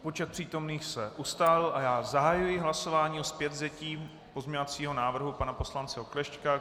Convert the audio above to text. Počet přítomných se ustálil a já zahajuji hlasování o zpětvzetí pozměňovacího návrhu pana poslance Oklešťka.